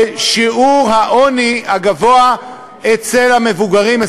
ושיעור העוני הגבוה אצל מבוגרים,